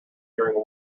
during